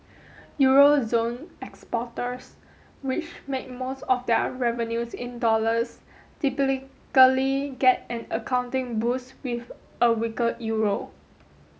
Euro zone exporters which make most of their revenues in dollars get an accounting boost with a weaker Euro